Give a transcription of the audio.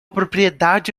propriedade